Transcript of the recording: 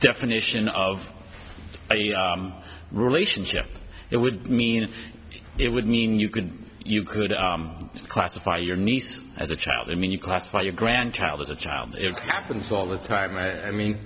definition of relationship it would mean it would mean you could you could classify your niece as a child i mean you classify your grandchild as a child it happens all the time i mean